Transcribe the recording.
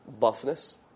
buffness